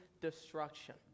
destruction